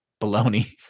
baloney